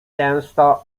często